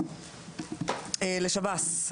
לשב"ס,